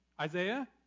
Isaiah